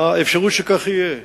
האפשרות שכך יהיה.